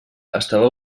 estava